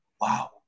wow